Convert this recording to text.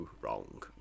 wrong